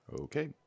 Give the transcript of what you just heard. Okay